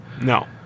No